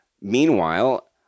Meanwhile